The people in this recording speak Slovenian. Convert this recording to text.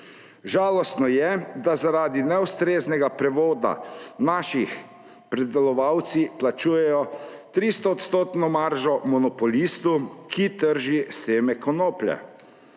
Žalostno je, da zaradi neustreznega prevoda naši pridelovalci plačujejo 300-odstotno maržo monopolistu, ki trži seme konoplje,